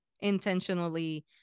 intentionally